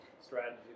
strategy